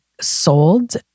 sold